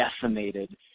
decimated